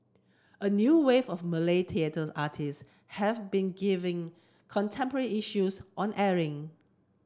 a new wave of Malay theatre artists have been giving contemporary issues on airing